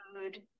food